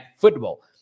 Football